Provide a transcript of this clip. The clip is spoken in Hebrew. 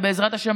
בעזרת השם,